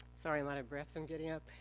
sorry, i'm out of breath from getting up.